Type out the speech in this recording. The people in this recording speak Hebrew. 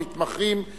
המתמחים,